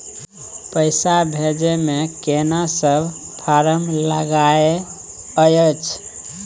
पैसा भेजै मे केना सब फारम लागय अएछ?